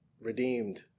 redeemed